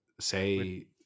Say